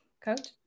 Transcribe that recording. Coach